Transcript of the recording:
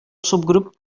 subgrup